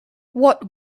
what